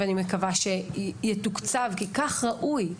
ואני מקווה שיתוקצב כי כך ראוי.